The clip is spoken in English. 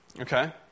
Okay